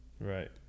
Right